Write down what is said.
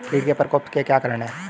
कीट के प्रकोप के क्या कारण हैं?